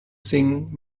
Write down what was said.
sing